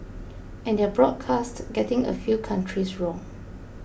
and their broadcast getting a few countries wrong